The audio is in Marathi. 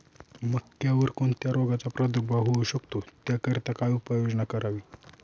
मक्यावर कोणत्या रोगाचा प्रादुर्भाव होऊ शकतो? त्याकरिता काय उपाययोजना करावी?